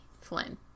Flynn